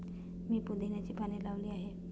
मी पुदिन्याची पाने लावली आहेत